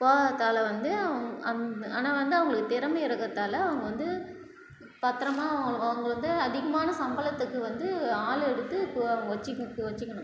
போதாதால வந்து அவங் அந் ஆனால் வந்து அவங்களுக்கு திறமை இருக்கறதால் அவங்க வந்து பத்தரமாக அவங்களுக்கு அவங்க வந்து அதிகமான சம்பளத்துக்கு வந்து ஆள் எடுத்து கோப் வச்சுக்க வச்சுக்கணும்